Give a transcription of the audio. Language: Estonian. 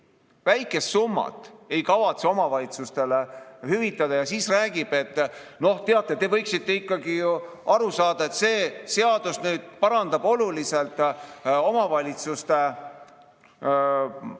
väikest summat ei kavatse omavalitsustele hüvitada. Ja siis räägitakse, et teate, te võiksite ikkagi ju aru saada, et see seadus parandab oluliselt omavalitsuste